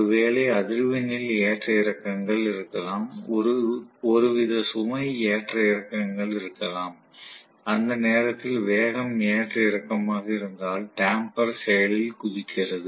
ஒருவேளை அதிர்வெண்ணில் ஏற்ற இறக்கங்கள் இருக்கலாம் ஒருவித சுமை ஏற்ற இறக்கங்கள் இருக்கலாம் அந்த நேரத்தில் வேகம் ஏற்ற இறக்கமாக இருந்தால் டம்பர் செயலில் குதிக்கிறது